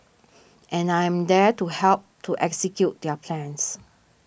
and I am there to help to execute their plans